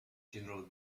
general